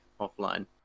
offline